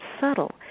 subtle